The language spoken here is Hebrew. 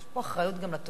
יש פה אחריות גם לתובעים.